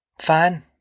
Fine